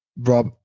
Rob